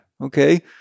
Okay